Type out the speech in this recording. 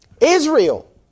Israel